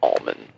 almond